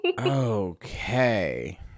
Okay